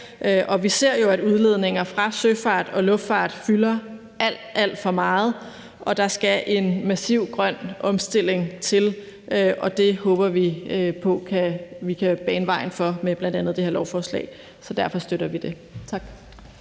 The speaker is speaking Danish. Vi ser jo, at udledninger fra søfart og luftfart fylder alt, alt for meget, og der skal en massiv grøn omstilling til. Det håber vi vi kan bane vejen for med det her lovforslag, så derfor støtter vi det. Tak.